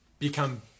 become